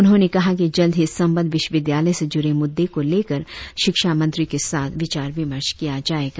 उन्होंने कहा कि जल्द ही संबंद्व विश्वविद्यालय से जूड़े मुद्दों को लेकर शिक्षा मंत्री के साथ विचार विमर्श किया जाएगा